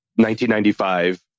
1995